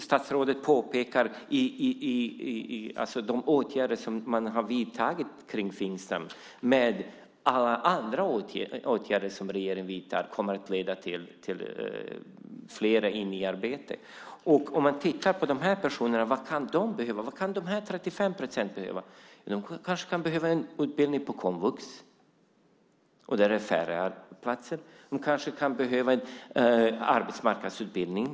Statsrådet påpekar när det gäller de åtgärder som man har vidtagit för Finsam att andra åtgärder som regeringen vidtar kommer att leda till fler in i arbete. Om man tittar på de här personerna kan man undra vad de kan behöva. Vad kan de här 35 procenten behöva? De kanske kan behöva en utbildning på komvux. Där är det färre platser. De kanske kan behöva en arbetsmarknadsutbildning.